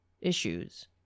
issues